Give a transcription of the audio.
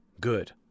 good